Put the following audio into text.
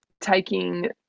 taking